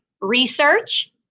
research